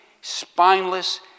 spineless